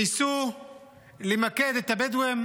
ניסו למקד את הבדואים